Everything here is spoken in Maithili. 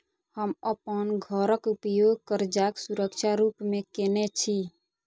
हम अप्पन घरक उपयोग करजाक सुरक्षा रूप मेँ केने छी